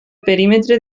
perímetre